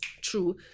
true